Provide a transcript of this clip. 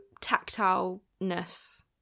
tactile-ness